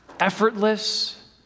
effortless